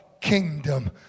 kingdom